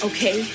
Okay